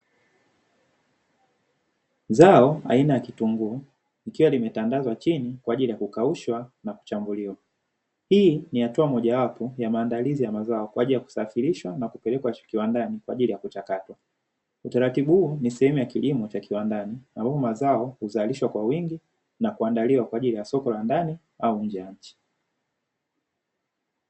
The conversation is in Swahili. Zao aina ya kitunguu ikiwa limetandazwa chini kwa ajili ya kukaushwa na kuchambuliwa. Hii ni hatua mojawapo ya maandalizi ya mazao, kwa ajili ya kusafilishwa, na kupelekwa kiwandani kwa ajili ya kuchakatwa. Utaratibu huu ni sehemu ya kilimo cha kiwandani, ambapo mazao huzalishwa kwa wingi, na kuandaliwa kwa ajili ya soko la ndani au nje ya nchi.